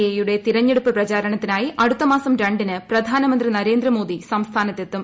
A യുടെ തെരഞ്ഞെടുപ്പ് പ്രചാരണത്തിനായി അടുത്ത മാസം രണ്ടിന് പ്രധാനമന്ത്രി നരേന്ദ്രമോദി സംസ്ഥാനത്ത് എത്തും